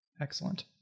Excellent